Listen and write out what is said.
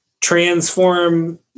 transform